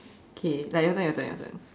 okay like your turn your turn your turn